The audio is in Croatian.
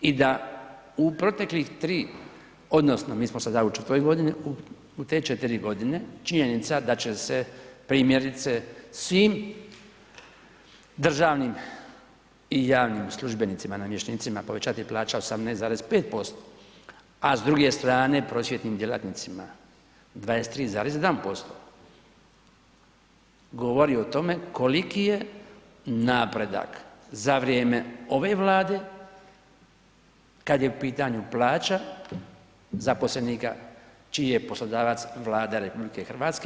I da u proteklih 3, odnosno mi smo sada u 4. godini, u te 4 godine činjenica da će se primjerice, svim državnim i javnim službenicima i namještenicima povećati plaća 18,5%, a s druge strane prosvjetnim djelatnicima 23,1% govori o tome koliki je napredak za vrijeme ove Vlade, kad je pitanju plaća zaposlenika čiji je poslodavac Vlada RH.